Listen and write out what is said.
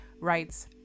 writes